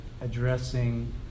addressing